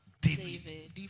David